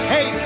Hey